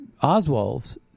Oswald's